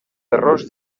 errors